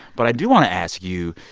but i do want to ask you,